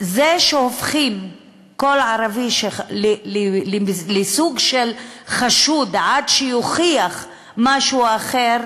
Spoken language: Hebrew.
זה שהופכים כל ערבי לסוג של חשוד עד שיוכיח משהו אחר,